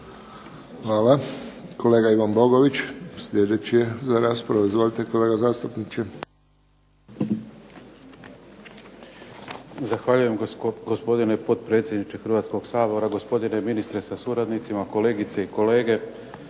Hvala. Kolega Ivan Bogović slijedeći je za raspravu. Izvolite kolega. **Bogović, Ivan (HDZ)** Zahvaljujem gospodine potpredsjedniče Hrvatskog sabora, gospodine ministra sa suradnicima, kolegice i kolege.